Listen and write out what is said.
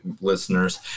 listeners